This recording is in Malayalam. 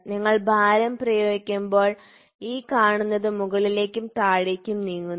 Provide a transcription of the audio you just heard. നിങ്ങൾ ഭാരം പ്രയോഗിക്കുമ്പോൾ ഈ കാണുന്നത് മുകളിലേക്കും താഴേക്കും നീങ്ങുന്നു